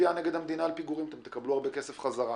קידום נוער כל אגף שח"ר.